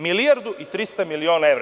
Milijardu i 300 miliona evra.